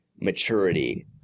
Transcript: maturity